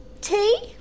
tea